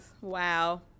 Wow